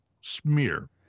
smear